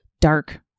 dark